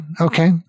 Okay